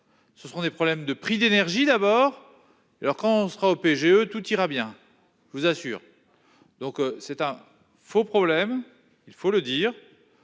Ce sont des problèmes de prix d'énergie d'abord. Alors quand on sera au PGE tout ira bien. Je vous assure. Donc c'est un faux problème, il faut le dire.